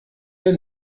der